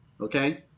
Okay